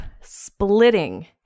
splitting